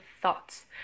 thoughts